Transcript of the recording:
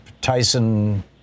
Tyson